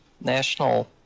national